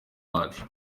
wacu